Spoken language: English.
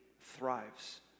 thrives